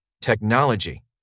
Technology